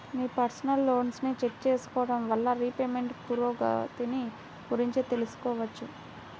మీ personal లోన్ని check చేసుకోడం వల్ల రీపేమెంట్ పురోగతిని గురించి తెలుసుకోవచ్చు